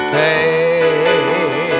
pay